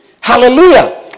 hallelujah